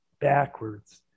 backwards